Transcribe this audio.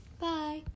bye